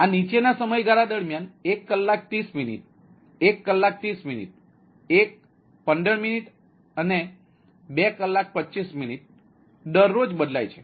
આ નીચેના સમયગાળા દરમિયાન એક 5 કલાક 30 મિનિટ એક 1 કલાક 30 મિનિટ એક 15 મિનિટ અને 2 કલાક 25 મિનિટ દરરોજ બદલાય છે